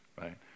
right